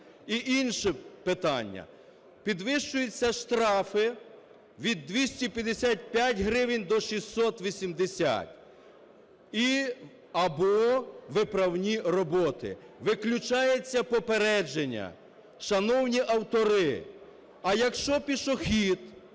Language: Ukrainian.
І інше питання. Підвищуються штрафи від 255 гривень до 680 і/або виправні роботи. Виключається попередження. Шановні автори, а якщо пішохід